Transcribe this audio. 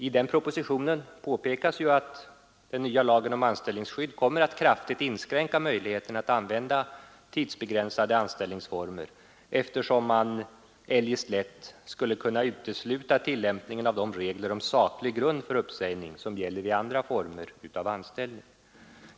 I den propositionen uttalas bl.a. att den nya lagen om anställningsskydd även när det gäller staten som arbetsgivare kommer att kraftigt inskränka möjligheten att använda tidsbegränsade anställningsformer, eftersom man eljest lätt skulle kunna utesluta tillämpningen av de regler om saklig grund för uppsägning som gäller vid andra former av anställning.